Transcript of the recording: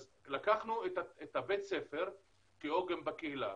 אז לקחנו את בית הספר כעוגן בקהילה.